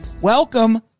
Welcome